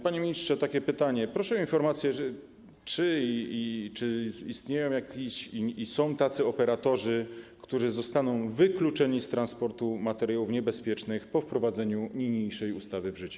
Panie ministrze, mam pytanie: proszę o informację, czy istnieją, są tacy operatorzy, którzy zostaną wykluczeni z transportu materiałów niebezpiecznych po wprowadzeniu niniejszej ustawy w życie.